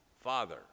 Father